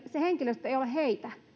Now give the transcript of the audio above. se henkilöstö ei ole heitä